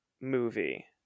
movie